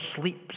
sleeps